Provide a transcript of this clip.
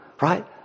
right